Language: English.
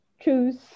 choose